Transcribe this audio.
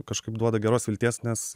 kažkaip duoda geros vilties nes